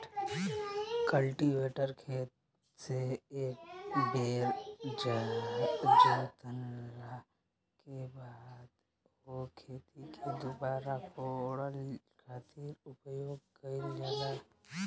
cultivator खेत से एक बेर जोतला के बाद ओ खेत के दुबारा कोड़े खातिर उपयोग कईल जाला